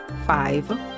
five